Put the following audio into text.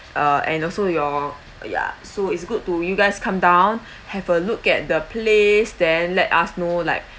uh and also your ya so it's good to you guys come down have a look at the place then let us know like